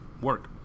work